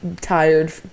tired